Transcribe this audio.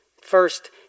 First